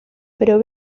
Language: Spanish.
pero